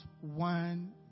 one